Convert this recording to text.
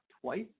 twice